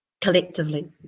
collectively